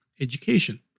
education